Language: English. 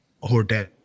hotel